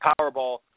Powerball